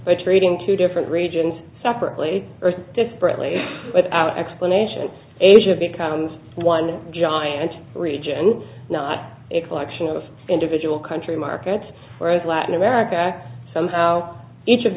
treating two different regions separately or differently without explanation asia becomes one giant region not a collection of individual country markets whereas latin america somehow each of